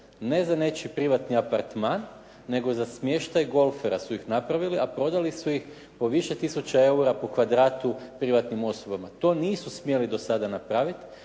ne za nečiji privatni apartman, nego za smještaj golfera su ih napravili, a prodali su ih po više tisuća eura po kvadratu privatnim osobama. To nisu smjeli do sada napraviti.